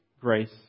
grace